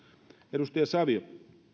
edustaja savio